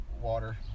water